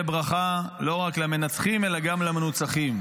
ברכה לא רק למנצחים אלא גם למנוצחים,